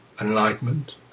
enlightenment